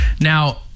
Now